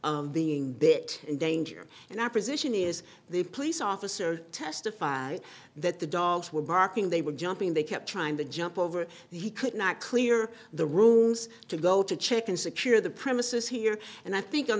of being bit in danger and opposition is the police officer testified that the dogs were barking they were jumping they kept trying to jump over he could not clear the rooms to go to check and secure the premises here and i think on